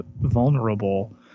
vulnerable